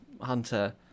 hunter